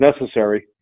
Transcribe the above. necessary